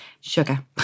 sugar